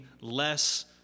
less